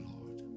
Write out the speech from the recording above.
Lord